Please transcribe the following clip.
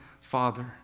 father